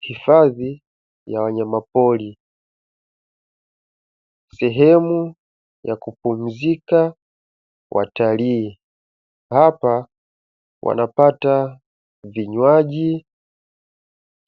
Hifadhi ya wanyamapori, sehemu ya kupumzika watalii. Hapa wanapata vinywaji,